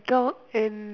dog and